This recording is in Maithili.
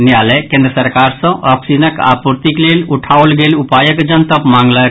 न्यायालय केन्द्र सरकार सँ ऑक्सीजनक आपूर्ति लेल उठाओल गेल उपायक जनतब मांगलक